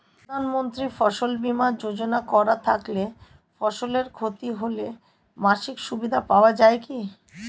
প্রধানমন্ত্রী ফসল বীমা যোজনা করা থাকলে ফসলের ক্ষতি হলে মাসিক সুবিধা পাওয়া য়ায় কি?